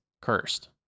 cursed